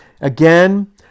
again